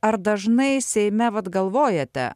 ar dažnai seime vat galvojate